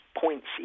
points